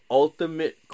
ultimate